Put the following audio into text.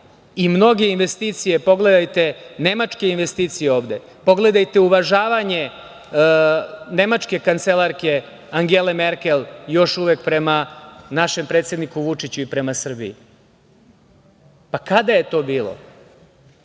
i mnoge investicije, pogledajte nemačke investicije ovde, pogledajte uvažavanje nemačke kancelarke Angele Merkel još uvek prema našem predsedniku Vučiću i prema Srbiji. Kada je to bilo?